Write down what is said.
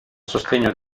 sostegno